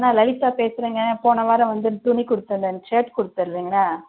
நான் லலிதா பேசுகிறேங்க போன வாரம் வந்து துணி கொடுத்துருந்தேன் ஷர்ட் கொடுத்துருந்தேங்கள